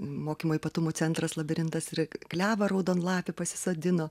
mokymo ypatumų centras labirintas ir klevą raudonlapį pasisodino